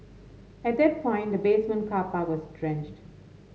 at that point the basement car park was drenched